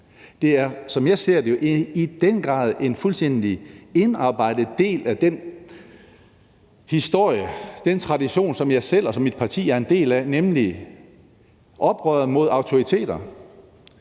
jeg ser det, en fuldstændig indarbejdet del af den historie, den tradition, som jeg selv og som mit parti er en del af, nemlig oprøret imod autoriteter,